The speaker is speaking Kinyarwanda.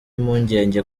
impungenge